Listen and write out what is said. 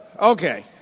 Okay